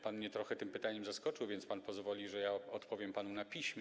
Pan mnie trochę tym pytaniem zaskoczył, więc pan pozwoli, że ja odpowiem panu na piśmie.